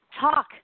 Talk